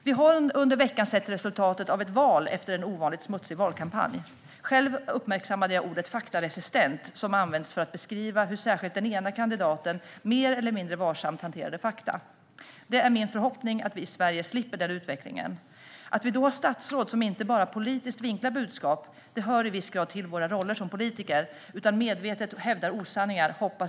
Vi har under veckan sett resultatet av ett val efter en ovanligt smutsig valkampanj. Själv uppmärksammade jag ordet faktaresistent, som använts för att beskriva hur särskilt den ena kandidaten mer eller mindre varsamt hanterade fakta. Det är min förhoppning att vi i Sverige ska slippa den utvecklingen. Jag hoppas att vi kan vara utan statsråd som inte bara politiskt vinklar budskap - det hör i viss grad till våra roller som politiker - utan också medvetet hävdar osanningar.